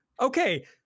Okay